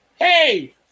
hey